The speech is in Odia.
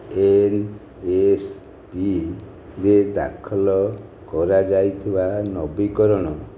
ଏନ୍ଏସ୍ପିରେ ଦାଖଲ କରାଯାଇଥିବା ନବୀକରଣ